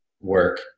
work